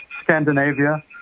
scandinavia